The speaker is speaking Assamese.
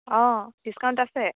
অ' ডিছকাউণ্ট আছে